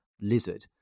lizard